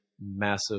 massive